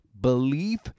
belief